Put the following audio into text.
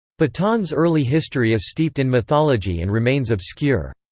bhutan's early history is steeped in mythology and remains obscure.